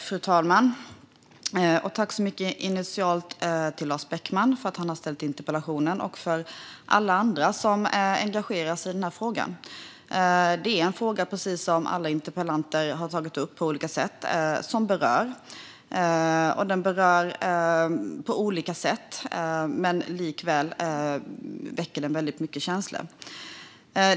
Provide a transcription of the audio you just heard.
Fru talman! Jag tackar Lars Beckman så mycket för att han har ställt interpellationen. Jag tackar även alla andra som engagerar sig i den här frågan. Det är en fråga som berör, som alla debattörer har tagit upp. Den berör på olika sätt, och den väcker väldigt mycket känslor.